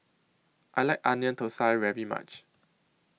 I like Onion Thosai very much